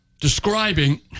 describing